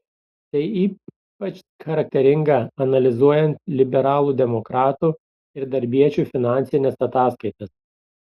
tai ypač charakteringa analizuojant liberalų demokratų ir darbiečių finansines ataskaitas